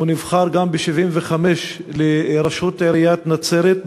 הוא גם נבחר ב-1975 לראשות עיריית נצרת,